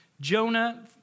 Jonah